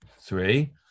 three